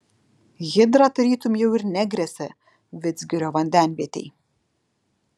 hidra tarytum jau ir negresia vidzgirio vandenvietei